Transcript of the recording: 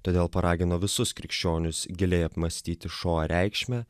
todėl paragino visus krikščionius giliai apmąstyti šoa reikšmę